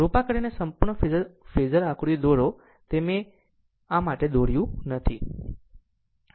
કૃપા કરીને સંપૂર્ણ ફેઝર આકૃતિ દોરો મેં તે માટે દોર્યું નથી